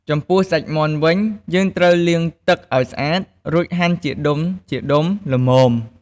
ចំពោះសាច់មាន់វិញ យើងត្រូវលាងទឹកឱ្យស្អាត រួចហាន់ជាដុំៗល្មម។